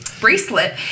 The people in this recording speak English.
bracelet